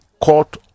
court